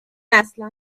اصلا